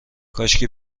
کاشکی